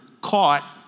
caught